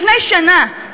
לפני שנה,